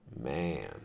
Man